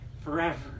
forever